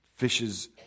fishes